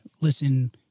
listen